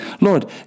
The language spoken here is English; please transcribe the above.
Lord